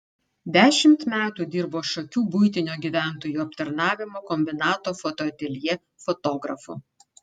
dešimt metų dirbo šakių buitinio gyventojų aptarnavimo kombinato fotoateljė fotografu